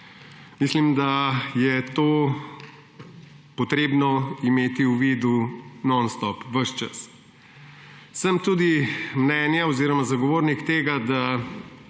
Mislim, da je to potrebno imeti v uvidu nonstop, ves čas. Sem tudi zagovornik tega, da